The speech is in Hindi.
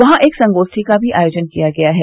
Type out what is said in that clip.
वहां एक संगोप्ठी का भी आयोजन किया गया है